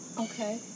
Okay